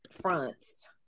fronts